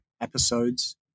episodes